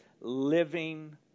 living